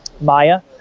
Maya